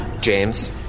James